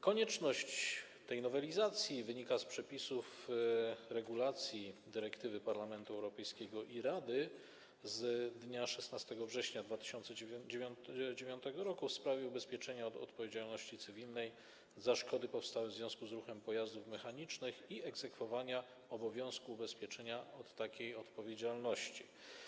Konieczność tej nowelizacji wynika z przepisów, regulacji dyrektywy Parlamentu Europejskiego i Rady z dnia 16 września 2009 r. w sprawie ubezpieczenia odpowiedzialności cywilnej za szkody powstałe w związku z ruchem pojazdów mechanicznych i egzekwowania obowiązku ubezpieczenia takiej odpowiedzialności.